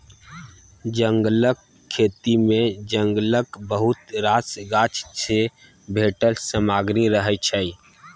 जंगलक खेती मे जंगलक बहुत रास गाछ सँ भेटल सामग्री रहय छै